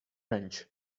ranch